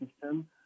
system